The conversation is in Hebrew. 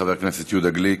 חבר הכנסת יהודה גליק,